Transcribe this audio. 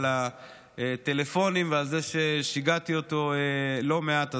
על הטלפונים ועל זה ששיגעתי אותו לא מעט.